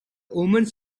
omens